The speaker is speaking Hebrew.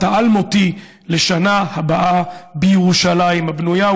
האלמותי "לשנה הבאה בירושלים הבנויה".